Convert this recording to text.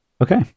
okay